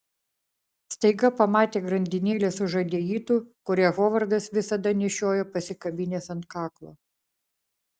staiga pamatė grandinėlę su žadeitu kurią hovardas visada nešiojo pasikabinęs ant kaklo